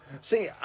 See